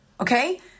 okay